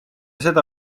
seda